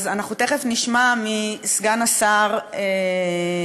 אז אנחנו תכף נשמע מסגן שר החינוך.